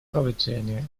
поведение